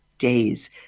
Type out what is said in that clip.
Days